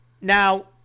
Now